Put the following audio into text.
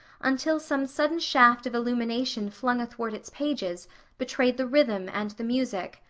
until some sudden shaft of illumination flung athwart its pages betrayed the rhythm and the music,